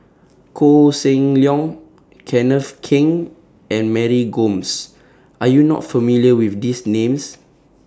Koh Seng Leong Kenneth Keng and Mary Gomes Are YOU not familiar with These Names